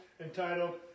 entitled